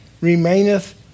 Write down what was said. remaineth